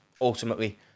Ultimately